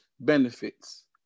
benefits